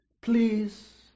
Please